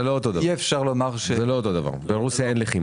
זה לא אותו דבר כי ברוסיה אין לחימה,